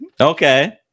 Okay